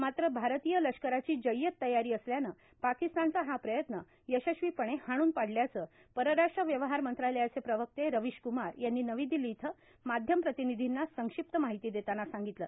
मात्र भारतीय लष्कराची जय्यत तयारी असल्यानं पाकिस्तानचा हा प्रयत्न यशस्वीपणे हाणून पाडल्याचं परराष्ट्र व्यवहार मंत्रालयाचे प्रवक्ते रविशकुमार यांनी नवी दिल्ली इथं माध्यम प्रतिनिधींना संक्षिप्त माहिती देतांना सांगितलं